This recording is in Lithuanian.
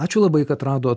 ačiū labai kad radot